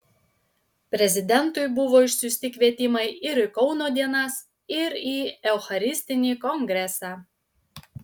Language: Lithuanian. prezidentui buvo išsiųsti kvietimai ir į kauno dienas ir į eucharistinį kongresą